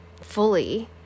Fully